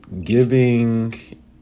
giving